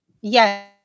Yes